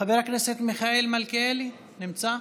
חבר הכנסת מיכאל מלכיאלי נמצא?